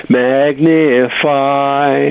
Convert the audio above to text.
magnify